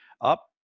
up